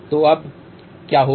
तो अब क्या होगा